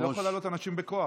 אני לא יכול להעלות אנשים בכוח.